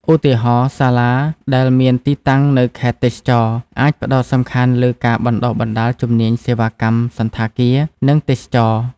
ឧទាហរណ៍ សាលាដែលមានទីតាំងនៅខេត្តទេសចរណ៍ អាចផ្តោតសំខាន់លើការបណ្តុះបណ្តាលជំនាញសេវាកម្មសណ្ឋាគារ និងទេសចរណ៍។